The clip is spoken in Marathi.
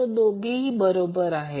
तर दोघेही बरोबर आहेत